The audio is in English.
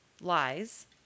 lies